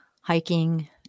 hiking